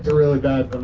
really bad